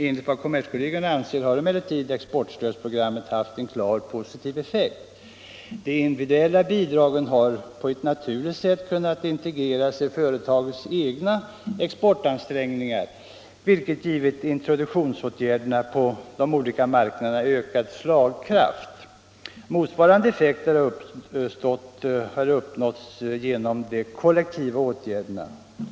Enligt vad kommerskollegium anser har emellertid exportstödsprogrammet haft en klart positiv effekt. De individuella bidragen har på ett naturligt sätt kunnat integreras i företagens egna exportansträngningar, vilket givit introduktionsåtgärderna på de olika marknaderna ökad slagkraft. Motsvarande effekter har uppnåtts genom de kollektiva åtgärderna.